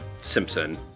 Simpson